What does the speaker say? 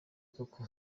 koko